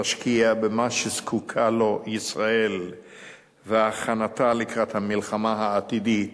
תשקיע במה שזקוקה לו ישראל ובהכנתה לקראת המלחמה העתידית,